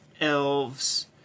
elves